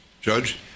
Judge